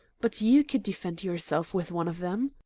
but you could defend yourself with one of them.